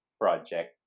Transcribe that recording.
project